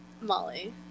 Molly